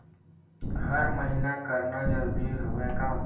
हर महीना करना जरूरी हवय का?